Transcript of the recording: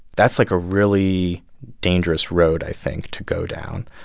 that's, like, a really dangerous road, i think, to go down.